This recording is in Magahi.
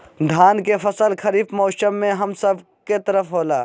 धान के फसल खरीफ मौसम में हम सब के तरफ होला